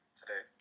today